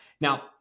Now